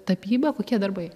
tapyba kokie darbai